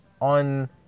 On